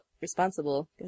responsible